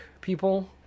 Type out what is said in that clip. people